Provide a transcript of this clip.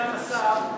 סגן השר,